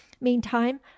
meantime